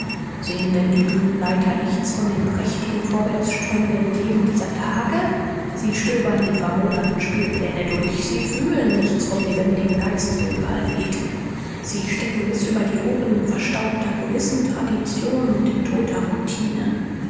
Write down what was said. sehen denn die bühnenleiter nichts von dem prächtigen vorwärtsstürmenden leben dieser tage sie stöbern die vermoderten spielpläne durch sie fühlen nichts vom lebendigen geist der überall weht sie stecken bis über die ohren in verstaubter kulissentradition und in toter routine